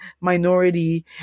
minority